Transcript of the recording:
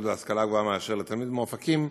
במוסדות להשכלה גבוהה מאשר לתלמיד מאופקים,